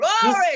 Glory